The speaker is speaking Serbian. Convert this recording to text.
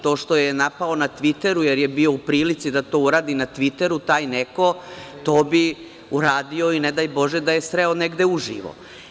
To što je napao na Tviteru jer je bio u prilici da to uradi na Tviteru taj neko to bi uradio i ne daj Bože da je sreo negde uživo.